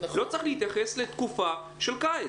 לא צריך להתייחס לקבוצה של קיץ.